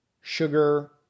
sugar-